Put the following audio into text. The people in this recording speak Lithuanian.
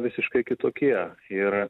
visiškai kitokie ir